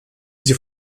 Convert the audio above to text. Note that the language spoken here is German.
sie